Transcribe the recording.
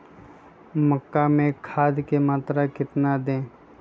मक्का में खाद की मात्रा कितना दे?